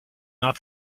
not